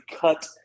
cut